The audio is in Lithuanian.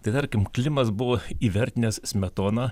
tai tarkim klimas buvo įvertinęs smetoną